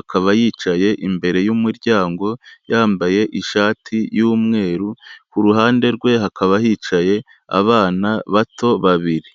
akaba yicaye imbere y'umuryango yambaye ishati y'umweru, ku ruhande rwe hakaba hicaye abana bato babiri.